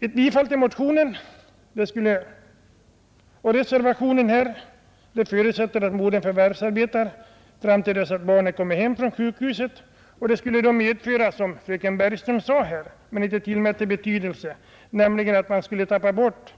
Ett bifall till motionen och reservationen, som förutsätter att modern förvärvsarbetar tills barnet kommer hem från sjukhuset, skulle medföra att man skulle tappat bort